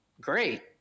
great